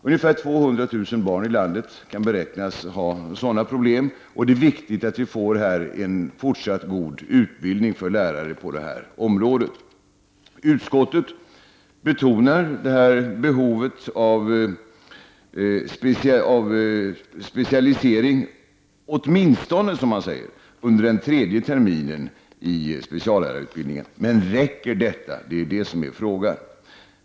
Ungefär 200 000 barn i landet beräknas ha sådana problem, och det är viktigt att vi får en fortsatt god utbildning för lärare på detta område. Utskottet betonar behovet av specialisering, åtminstone, som man säger, under den tredje terminen i speciallärarutbildningen. Men räcker detta? Det är det som är frågan.